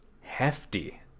hefty